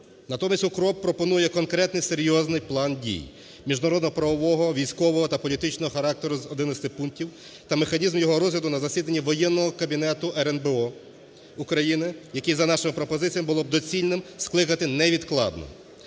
Натомість "УКРОП" пропонує конкретний серйозний план дій міжнародно-правового, військового та політичного характеру з одинадцяти пунктів та механізм його розгляду на засіданні Воєнного кабінету РНБО України, який, за нашими пропозиціями, було б доцільним скликати невідкладно.